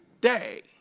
day